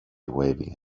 waving